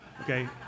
okay